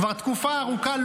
כבר תקופה ארוכה,